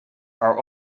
are